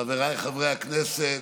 חבריי חברי הכנסת,